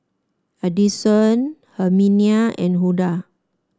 Adyson Herminia and Hulda